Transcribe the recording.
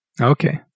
okay